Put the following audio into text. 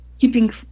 keeping